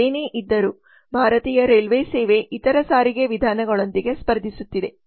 ಅದೇನೇ ಇದ್ದರೂ ಭಾರತೀಯ ರೈಲ್ವೆ ಸೇವೆ ಇತರ ಸಾರಿಗೆ ವಿಧಾನಗಳೊಂದಿಗೆ ಸ್ಪರ್ಧಿಸುತ್ತಿದೆ